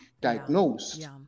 diagnosed